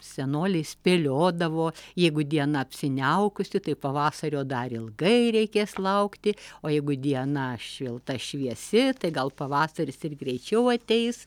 senoliai spėliodavo jeigu diena apsiniaukusi tai pavasario dar ilgai reikės laukti o jeigu diena šilta šviesi tai gal pavasaris ir greičiau ateis